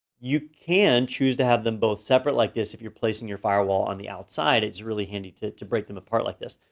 you can choose to have them both separate like this if you're placing your firewall on the outside, it's really handy to to break them apart like this.